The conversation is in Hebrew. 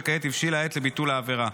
וכעת הבשילה העת לביטול העבירה.